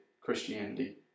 Christianity